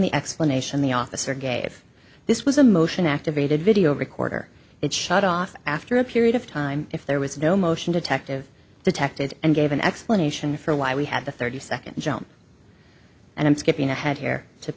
the explanation the officer gave this was a motion activated video recorder it shut off after a period of time if there was no motion detective detected and gave an explanation for why we had the thirty second jump and i'm skipping ahead here